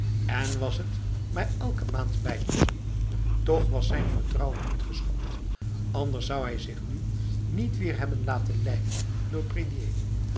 en was het maar elke maand bijpassen toch was zijn vertrouwen niet geschokt anders zou hij zich nu niet weer hebben laten lijmen door